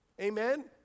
Amen